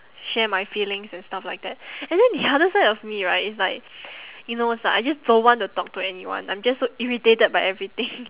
share my feelings and stuff like that and then the other side of me right is like you know it's like I just don't want to talk to anyone I'm just so irritated by everything